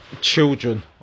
children